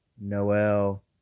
Noel